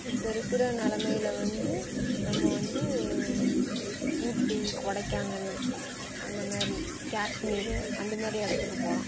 இப்போ இருக்கிற நிலைமையில வந்து நம்ம வந்து ஊட்டி கொடைக்கானல் அந்த மாதிரி காஷ்மீரு அந்த மாதிரி இடத்துக்கு போகலாம்